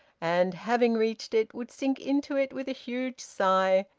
and, having reached it, would sink into it with a huge sigh,